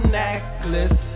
necklace